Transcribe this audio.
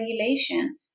regulation